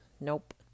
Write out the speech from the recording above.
Nope